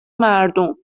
مردم